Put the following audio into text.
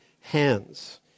hands